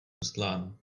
ustláno